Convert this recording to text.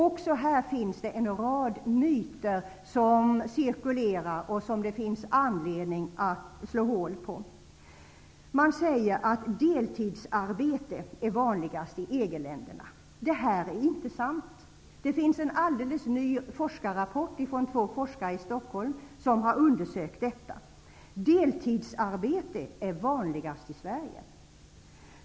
Också på detta område finns en rad myter, som cirkulerar och som det det finns anledning att slå hål på. Man säger att deltidsarbete är vanligast i EG länderna. Det är inte sant. Det finns en alldeles ny forskarrapport från två forskare i Stockholm, som har undersökt detta. Deltidsarbete är vanligast i Sverige.